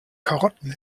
karotten